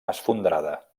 esfondrada